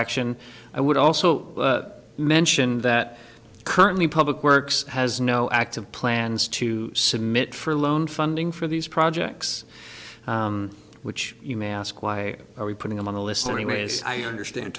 action i would also mention that currently public works has no active plans to submit for loan funding for these projects which you may ask why are we putting them on the list anyways i understand